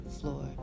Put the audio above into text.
floor